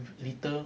little